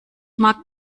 mag